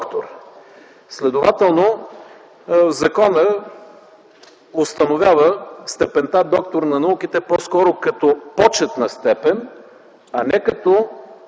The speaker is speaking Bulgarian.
Следователно, законът постановява степента „доктор на науките” по-скоро като почетна степен, а не като